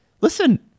listen